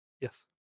yes